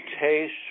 taste